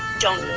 don't,